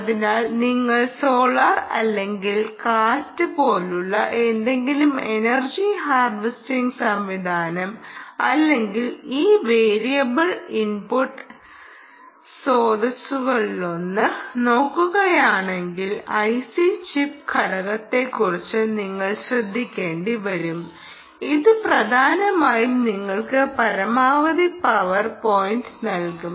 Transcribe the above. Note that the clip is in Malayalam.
അതിനാൽ നിങ്ങൾ സോളാർ അല്ലെങ്കിൽ കാറ്റ് പോലുള്ള ഏതെങ്കിലും എനർജി ഹാർവെസ്റ്റിംഗ് സംവിധാനം അല്ലെങ്കിൽ ഈ വേരിയബിൾ ഇൻപുട്ട് സ്രോതസ്സുകളിലൊന്ന് നോക്കുകയാണെങ്കിൽ ഐസി ചിപ്പ് ഘടകത്തെക്കുറിച്ച് നിങ്ങൾ ശ്രദ്ധിക്കേണ്ടിവരും ഇത് പ്രധാനമായും നിങ്ങൾക്ക് പരമാവധി പവർ പോയിന്റ് നൽകും